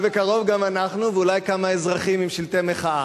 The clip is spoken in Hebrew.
ובקרוב גם אנחנו, ואולי כמה אזרחים עם שלטי מחאה.